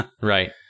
Right